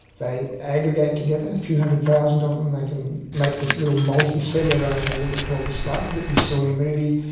they aggregate together, a few hundred thousand of them, they can make this little multicellular animal that we call the slug that you saw in the movie,